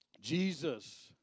Jesus